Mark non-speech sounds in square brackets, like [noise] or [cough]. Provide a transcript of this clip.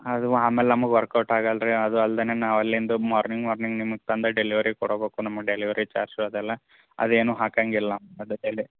ಅದು ಆಮೇಲೆ ನಮ್ಗೆ ವರ್ಕೌಟ್ ಆಗಲ್ಲ ರೀ ಅದು ಅಲ್ದೇ ನಾವು ಅಲ್ಲಿಂದ ಮಾರ್ನಿಂಗ್ ಮಾರ್ನಿಂಗ್ ನಿಮ್ಗೆ ತಂದು ಡೆಲಿವರಿ ಕೊಡ್ಬೇಕು ನಮ್ಮ ಡೆಲಿವರಿ ಚಾರ್ಜು ಅದೆಲ್ಲ ಅದೇನು ಹಾಕೊಂಗಿಲ್ಲ ನಾವು [unintelligible]